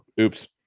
Oops